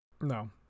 No